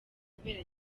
kubera